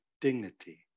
dignity